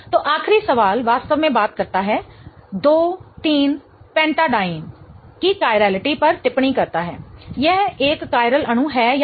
तो आखिरी सवाल वास्तव में बात करता है 23 पेन्टैडाईन 23 pentadiene की कायरलेटी पर टिप्पणी करता है यह एक कायरल अणु है या नहीं